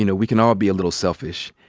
you know we can all be a little selfish,